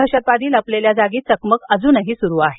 दहशतवादी लपलेल्या जागी चकमक अजून सुरू आहे